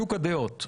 שוק הדעות.